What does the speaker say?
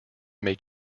may